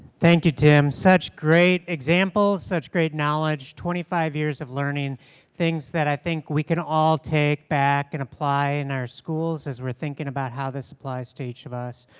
thank you, tim. such great examples. such great knowledge. twenty five years of learning things that i think we can all take back and apply in our schools as we're thinking about how this applies to each of us.